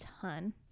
ton